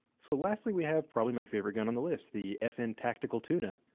so lastly, we have probably my favorite gun on the list, the fn tactical tuna.